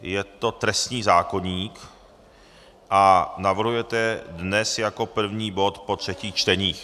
Je to trestní zákoník a navrhujete dnes jako první bod po třetích čteních.